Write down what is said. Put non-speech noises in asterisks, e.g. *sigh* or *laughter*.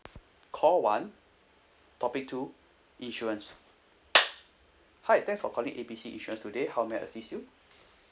call one topic two insurance *noise* hi thanks for calling A B C insurance today how may I assist you